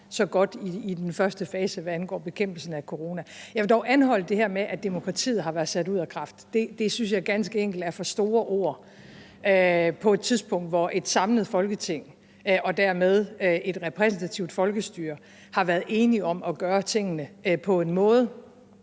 så godt i den første fase, hvad angår bekæmpelsen af corona. Jeg vil dog anholde det her med, at demokratiet har været sat ud af kraft. Det synes jeg ganske enkelt er for store ord på et tidspunkt, hvor et samlet Folketing og dermed et repræsentativt folkestyre har været enige om at gøre tingene på en måde,